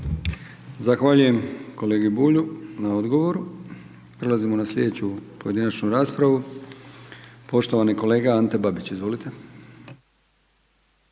Zahvaljujem kolegi Jovanoviću na odgovoru. Prelazimo na sljedeću pojedinačnu raspravu. Poštovani kolega Tomislav Sokol, izvolite.